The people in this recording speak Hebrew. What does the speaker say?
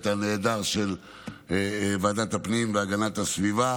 הנהדר של ועדת הפנים והגנת הסביבה.